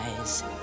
eyes